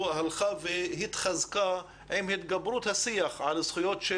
הלכה והתחזקה עם התגברות השיח על זכויות של